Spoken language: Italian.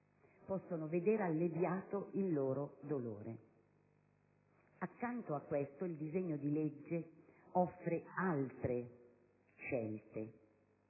possano vedere alleviato il loro dolore. Accanto a questo, il disegno di legge offre altre scelte,